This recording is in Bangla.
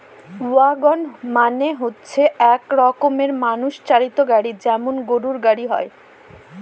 ওয়াগন মানে হচ্ছে এক রকমের মানুষ চালিত গাড়ি যেমন গরুর গাড়ি হয়